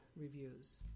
reviews